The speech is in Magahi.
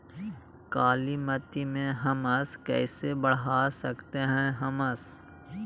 कालीमती में हमस कैसे बढ़ा सकते हैं हमस?